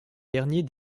dernier